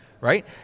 right